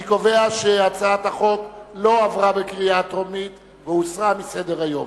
אני קובע שהצעת החוק לא התקבלה בקריאה טרומית והוסרה מסדר-היום.